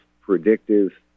predictive